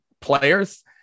players